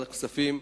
בוועדת הכספים,